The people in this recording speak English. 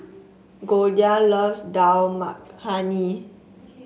Goldia loves Dal Makhani